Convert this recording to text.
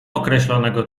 określonego